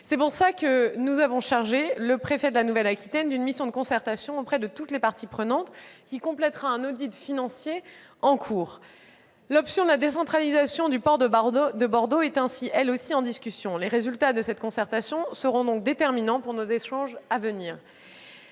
raison pour laquelle nous avons chargé le préfet de Nouvelle-Aquitaine d'une mission de concertation auprès de toutes les parties prenantes, qui complétera un audit financier en cours. L'option de la décentralisation du port de Bordeaux est, elle aussi, en discussion. Les résultats de cette concertation seront donc déterminants pour nos échanges à venir.